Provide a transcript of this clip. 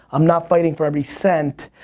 i'm not fighting for every cent.